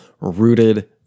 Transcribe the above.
rooted